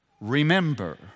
remember